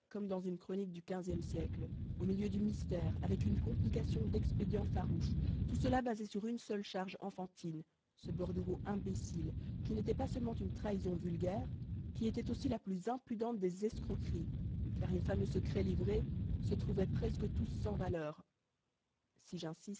dans une chronique du xve siècle au milieu du mystère avec une complication d'expédients farouches tout cela basé sur une seule charge enfantine ce bordereau imbécile qui n'était pas seulement une trahison vulgaire qui était aussi la plus impudente des escroqueries car les fameux secrets livrés se trouvaient presque tous sans valeur si j'insiste